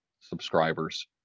subscribers